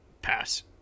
Pass